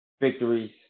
victories